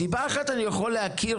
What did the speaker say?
סיבה אחת אני יכול להבין,